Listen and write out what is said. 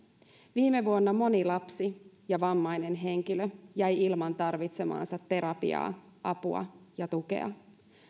viime vuonna moni lapsi ja vammainen henkilö jäi ilman tarvitsemaansa terapiaa apua ja tukea